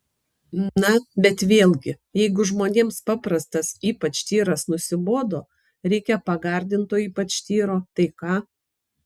na bet vėlgi jeigu žmonėms paprastas ypač tyras nusibodo reikia pagardinto ypač tyro tai ką